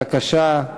בבקשה,